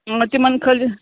تِمَن خٲلہِ